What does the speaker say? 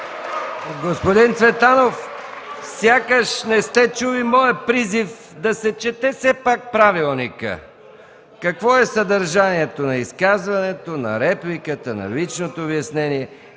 Господин Цветанов, сякаш не сте чули моя призив да се чете все пак правилникът – какво е съдържанието на изказването, на репликата, на личното обяснение.